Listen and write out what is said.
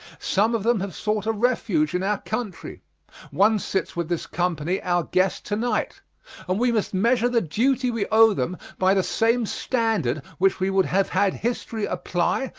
some of them have sought a refuge in our country one sits with this company our guest to-night and we must measure the duty we owe them by the same standard which we would have had history apply,